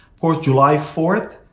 course, july fourth,